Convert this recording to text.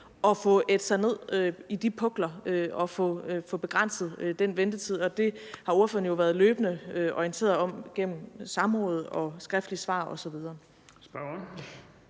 at få ædt sig ned i de pukler og få begrænset den ventetid, og det har ordføreren jo været løbende orienteret om gennem samråd og skriftlige svar osv.